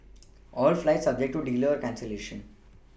all flights subject to delay or cancellation